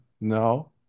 no